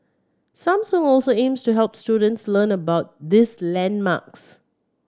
Samsung also aims to help students learn about this landmarks